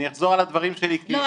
אני אחזור על הדברים שלי --- לא,